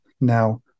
now